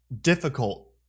difficult